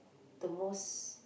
the most